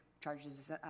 charges